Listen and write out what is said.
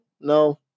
no